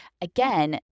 again